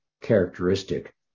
characteristic